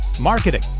marketing